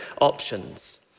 options